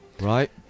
right